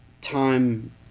time